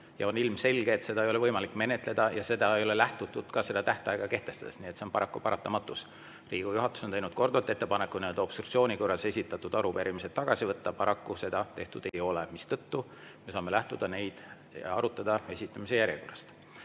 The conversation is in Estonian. On ilmselge, et neid ei ole võimalik menetleda, ja sellest ei ole lähtutud ka tähtaega kehtestades. Nii et see on paraku paratamatus. Riigikogu juhatus on teinud korduvalt ettepaneku nii-öelda obstruktsiooni korras esitatud arupärimised tagasi võtta, paraku seda tehtud ei ole, mistõttu me saame neid arutada esitamise järjekorras. Palun